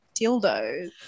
dildos